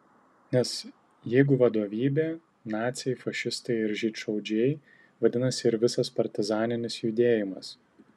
nes jeigu vadovybė naciai fašistai ir žydšaudžiai vadinasi ir visas partizaninis judėjimas